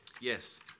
Yes